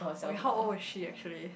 wait how old is she actually